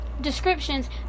descriptions